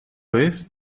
vez